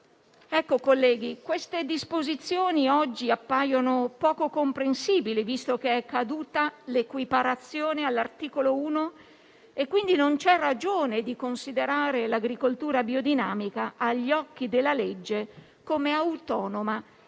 Colleghi, queste disposizioni oggi appaiono poco comprensibili, visto che è caduta l'equiparazione all'articolo 1 e quindi non c'è ragione di considerare l'agricoltura biodinamica agli occhi della legge come autonoma